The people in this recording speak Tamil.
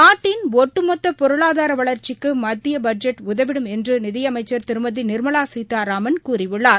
நாட்டின் ஒட்டுமொத்தபொருளாதாரவளா்ச்சிக்குமத்தியபட்ஜெட் உதவிடும் என்றுநிதிஅமைச்சர் திருமதிநிர்மலாசீதாராமன் கூறியுள்ளார்